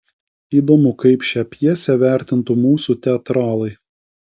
įdomu kaip šią pjesę vertintų mūsų teatralai